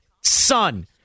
son